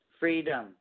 freedom